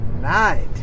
night